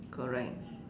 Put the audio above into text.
correct